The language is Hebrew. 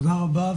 תודה רבה.